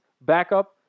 backup